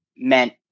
meant